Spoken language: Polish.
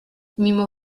mimo